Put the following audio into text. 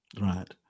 Right